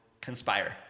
conspire